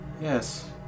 Yes